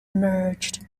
emerged